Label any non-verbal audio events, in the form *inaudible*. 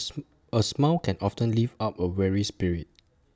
*unintelligible* A smile can often lift up A weary spirit